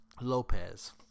Lopez